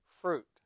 fruit